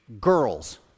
girls